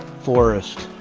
forest